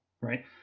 right